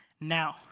Now